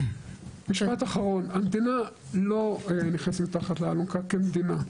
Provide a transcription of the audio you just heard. משפט אחרון, המדינה לא נכנסת תחת האלונקה כמדינה.